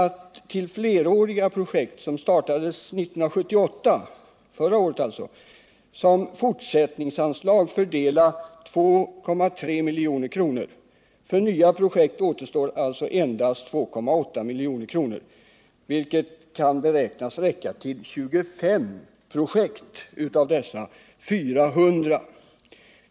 Till fleråriga projekt som startades 1978 kommer nämnden att som fortsättningsanslag fördela 2,3 milj.kr. För nya projekt återstår alltså endast 2,8 milj.kr., vilket kan beräknas räcka till 25 projekt av dessa 400.